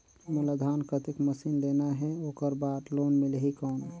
मोला धान कतेक मशीन लेना हे ओकर बार लोन मिलही कौन?